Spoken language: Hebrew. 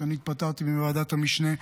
לאחר שאני התפטרתי מוועדת המשנה,